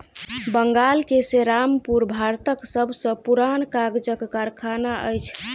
बंगाल के सेरामपुर भारतक सब सॅ पुरान कागजक कारखाना अछि